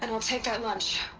and i'll take that lunch.